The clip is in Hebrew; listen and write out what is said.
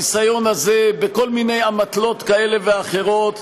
הניסיון הזה, בכל מיני אמתלות כאלה ואחרות,